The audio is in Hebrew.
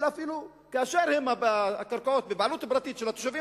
אלא אפילו כאשר הקרקעות הן בבעלות פרטית של תושבים